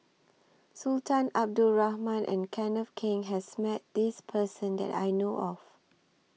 Sultan Abdul Rahman and Kenneth Keng has Met This Person that I know of